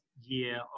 year